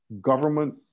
government